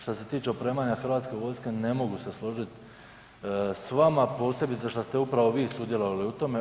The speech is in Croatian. Što se tiče opremanja hrvatske vojske ne mogu se složiti s vama, posebice što ste upravo vi sudjelovali u tome.